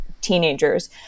teenagers